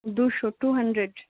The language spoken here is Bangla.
দুশো টু হানড্রেড